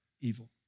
evil